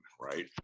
right